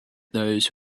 those